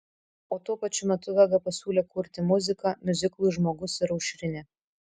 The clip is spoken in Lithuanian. o tuo pačiu metu vega pasiūlė kurti muziką miuziklui žmogus ir aušrinė